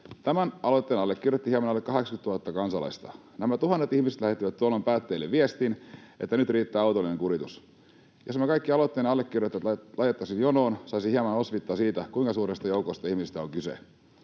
Tämän aloitteen allekirjoitti hieman alle 80 000 kansalaista. Nämä tuhannet ihmiset lähettivät tuolloin päättäjille viestin, että nyt riittää autoilijoiden kuritus. Jos meidät kaikki aloitteen allekirjoittaneet laitettaisiin jonoon, saisi hieman osviittaa siitä, kuinka suuresta joukosta ihmisiä on kyse.